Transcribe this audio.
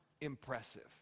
impressive